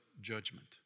judgment